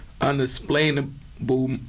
unexplainable